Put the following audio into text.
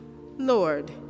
Lord